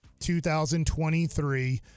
2023